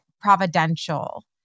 providential